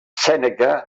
sèneca